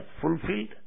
fulfilled